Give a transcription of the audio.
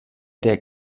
der